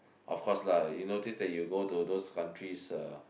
of course lah you notice that you go to those countries uh